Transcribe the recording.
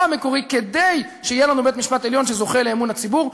המקורי כדי שיהיה לנו בית-משפט עליון שזוכה לאמון הציבור,